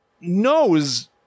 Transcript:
knows